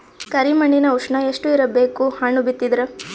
ಕರಿ ಮಣ್ಣಿನ ಉಷ್ಣ ಎಷ್ಟ ಇರಬೇಕು ಹಣ್ಣು ಬಿತ್ತಿದರ?